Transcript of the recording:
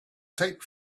take